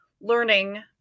learning